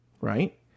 right